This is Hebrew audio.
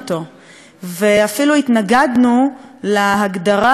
ואפילו התנגדנו להגדרה, שהאו"ם